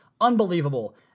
Unbelievable